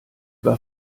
war